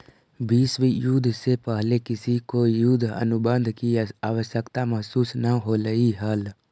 विश्व युद्ध से पहले किसी को युद्ध अनुबंध की आवश्यकता महसूस न होलई हल